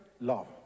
Love